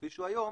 כפי שהוא היום,